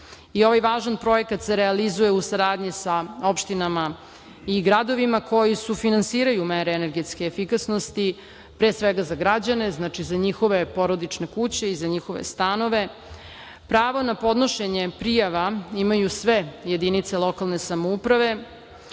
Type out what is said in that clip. važan projekat se realizuje u saradnji sa opštinama i gradovima koji finansiraju mere energetske efikasnosti, pre svega za građane, za njihove porodične kuće i za njihove stanove. Pravo na podnošenje prijava imaju sve jedinice lokalne samouprave,